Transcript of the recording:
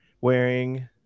wearing